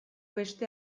beste